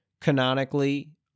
canonically